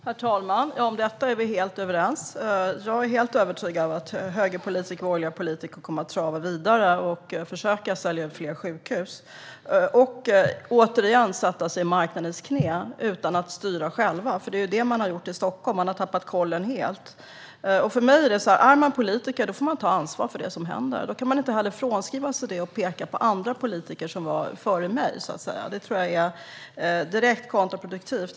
Herr talman! Om detta är vi helt överens. Jag är helt övertygad om att högerpolitiker och borgerliga politiker kommer att trava vidare och försöka sälja fler sjukhus och återigen sätta sig i marknadens knä utan att styra själva. Det är det man har gjort i Stockholm. Man har tappat kollen helt. För mig är det så här: Är man politiker får man ta ansvar för det som händer. Då kan man inte frånsäga sig det ansvaret och peka på andra politiker som var tidigare. Det tror jag är direkt kontraproduktivt.